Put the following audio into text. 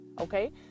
okay